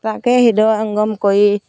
তাকে হৃদয়ংগম কৰি